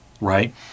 Right